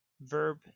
verb